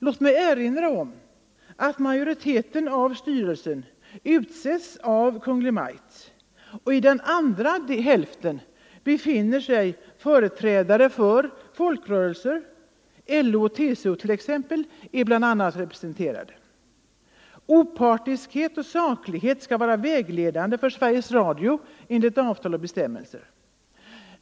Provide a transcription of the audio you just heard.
Låt mig erinra om att majoriteten av styrelsen utses av Kungl. Maj:t. n I den andra hälften befinner sig företrädare för folkrörelserna; LO och TCO är bl.a. representerade. Opartiskhet och saklighet skall vara vägledande för Sveriges Radio enligt avtal och bestämmelser.